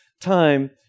time